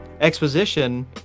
exposition